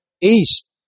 East